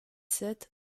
sept